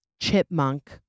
chipmunk